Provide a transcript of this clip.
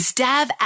Stab